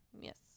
Yes